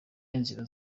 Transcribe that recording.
inzira